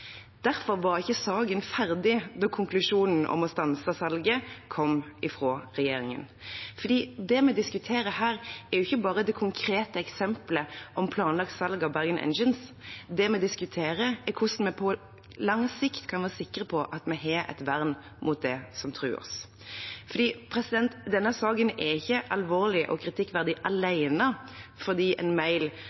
Derfor var ikke saken ferdig da konklusjonen om å stanse salget kom fra regjeringen, for det vi diskuterer her, er ikke bare det konkrete eksempelet om planlagt salg av Bergen Engines, det vi diskuterer, er hvordan vi på lang sikt kan være sikre på at vi har et vern mot det som truer oss. Denne saken er ikke alvorlig og kritikkverdig alene fordi en mail